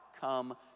come